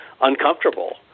uncomfortable